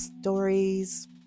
stories